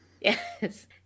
Yes